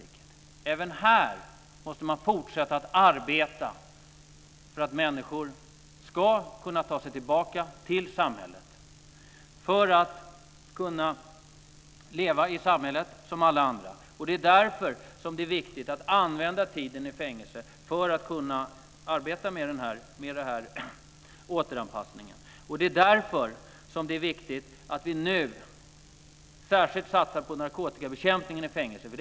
Även här måste man fortsätta att arbeta för att människor ska kunna ta sig tillbaka till samhället, för att de ska kunna leva i samhället som alla andra. Det är därför viktigt att man använder tiden i fängelse till att arbeta med återanpassningen. Nu måste vi särskilt satsa på narkotikabekämpning i fängelserna.